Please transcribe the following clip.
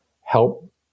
help